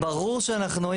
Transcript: ברור שאנחנו,